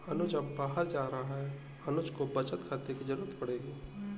अनुज अब बाहर जा रहा है अनुज को बचत खाते की जरूरत पड़ेगी